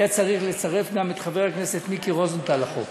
היה צריך לצרף גם את חבר הכנסת מיקי רוזנטל לחוק.